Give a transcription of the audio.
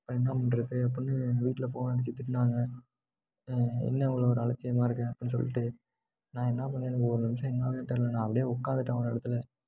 இப்போ என்ன பண்ணுறது அப்பட்னு எங்கள் வீட்டில ஃபோன் அடிச்சி திட்டினாங்க என்ன இவ்வளோ ஒரு அலட்சியமாக இருக்க அப்பட்னு சொல்லிட்டு நான் என்ன பண்ணேன் எனக்கு ஒரு நிமிடம் என்னன்னே தெரில நான் அப்படே உட்காந்துட்டேன் ஒரு இடத்துல